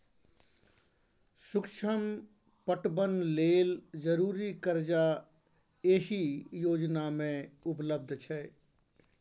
सुक्ष्म पटबन लेल जरुरी करजा एहि योजना मे उपलब्ध छै